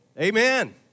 Amen